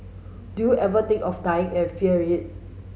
do you ever think of dying and fear it